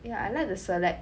yeah I like to select